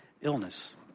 illness